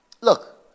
Look